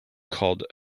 called